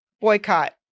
boycott